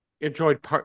enjoyed